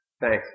Thanks